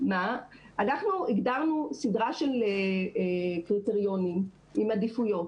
אנחנו הגדרנו סדרה של קריטריונים עם עדיפויות